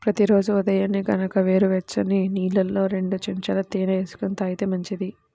ప్రతి రోజూ ఉదయాన్నే గనక గోరువెచ్చని నీళ్ళల్లో రెండు చెంచాల తేనె వేసుకొని తాగితే మంచిది